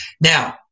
Now